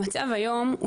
המצב היום,